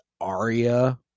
Arya